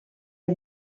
est